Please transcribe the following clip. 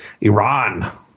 Iran